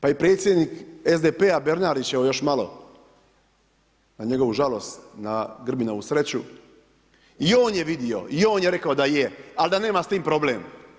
Pa i predsjednik SDP-a Bernardić evo još malo na njegovu žalost, na Grbinovu sreću i on je vidio i on je rekao da je, ali da nema s tim problem.